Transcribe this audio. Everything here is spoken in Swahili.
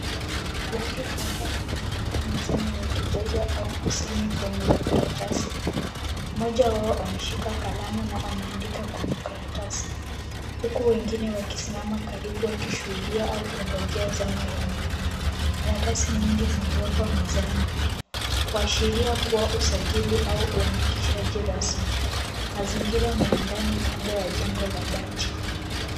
Watu kadhaa wamekaa mezani wakijaza au kusaini fomu za karatasi. Moja wao ameshika kalamu na anaandika kwenye karatasi. Huku wengine wakisimama karibu wakishuhudia au kuongojea zamu yao. Karatasi nyingi zimewekwa mezani, kuashiria kuwa usajili au uandikishaji rasmi. Mazingira ni ya ndani kando ya jengo la bati.